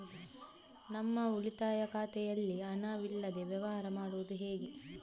ನಮ್ಮ ಉಳಿತಾಯ ಖಾತೆಯಲ್ಲಿ ಹಣವಿಲ್ಲದೇ ವ್ಯವಹಾರ ಮಾಡುವುದು ಹೇಗೆ?